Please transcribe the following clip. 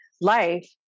Life